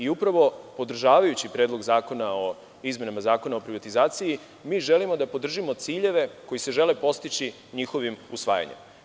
Upravo podržavajući Predlog zakona o izmenama Zakona o privatizaciji, mi želimo da podržimo ciljeve koji se žele postići njihovim usvajanjem.